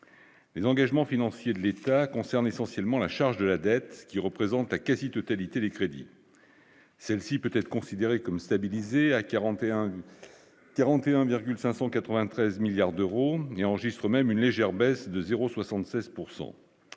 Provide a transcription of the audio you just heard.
et d'engagement financier de l'État concerne essentiellement la charge de la dette qui représente la quasi-totalité des crédits, celle-ci peut être considéré comme stabilisé à 41 41,593 milliards d'euros et enregistre même une légère baisse de 0 76